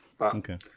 okay